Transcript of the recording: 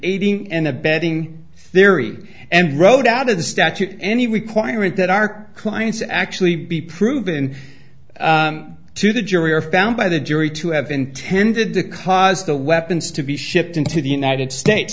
iding and abetting their e and rode out of the statute any requirement that our clients actually be proven to the jury are found by the jury to have intended to cause the weapons to be shipped into the united states